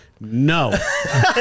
no